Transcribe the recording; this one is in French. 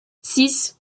six